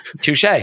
touche